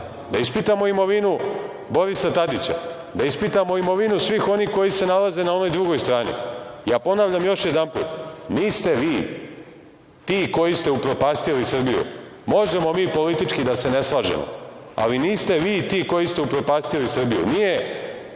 Da ispitamo imovinu Borisa Tadića, da ispitamo imovinu svih onih koji se nalaze na onoj drugoj strani. Ponavljam još jedanput, niste vi ti koji ste upropastili Srbiju. Možemo mi politički da se ne slažemo, ali niste vi ti koji ste upropastili Srbiju, nije